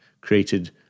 created